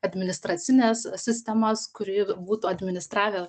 administracines sistemas kuri būtų administravę